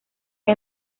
que